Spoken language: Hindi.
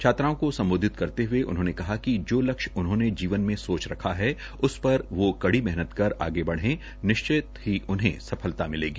छात्राओं को सम्बोधित करते हए उन्होंने कहा कि जो लक्ष्य उन्होंने जीवन में सोच रखा है उस पर वह कड़ी मेहनत करके आगे बढ़ें निश्चय ही उन्हें सफलता मिलेगी